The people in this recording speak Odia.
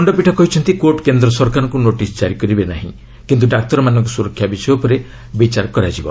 ଖଶ୍ତପୀଠ କହିଛନ୍ତି କୋର୍ଟ କେନ୍ଦ୍ର ସରକାରଙ୍କୁ ନୋଟିସ୍ ଜାରି କରିବେ ନାହିଁ କିନ୍ତୁ ଡାକ୍ତରମାନଙ୍କ ସୁରକ୍ଷା ବିଷୟ ଉପରେ ବିଚାର କରାଯିବ